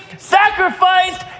sacrificed